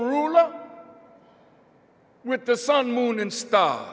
ruler with the sun moon and st